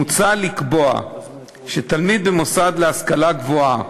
מוצע לקבוע שתלמיד במוסד להשכלה גבוהה,